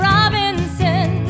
Robinson